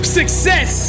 success